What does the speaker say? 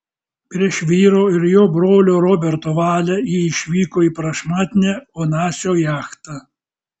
prieš vyro ir jo brolio roberto valią ji išvyko į prašmatnią onasio jachtą